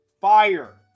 Fire